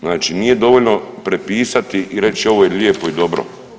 Znači nije dovoljno prepisati i reći ovo je lijepo i dobro.